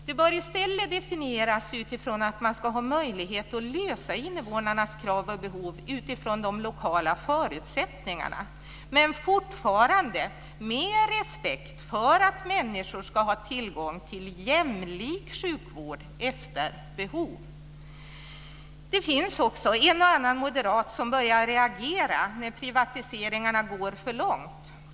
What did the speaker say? Det bör i stället definieras utifrån att man ska ha möjlighet att tillgodose innevånarnas krav och behov utifrån de lokala förutsättningarna - men fortfarande med respekt för att människor ska ha tillgång till jämlik sjukvård efter behov. Det finns också en och annan moderat som börjar reagera när privatiseringarna går för långt.